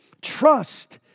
Trust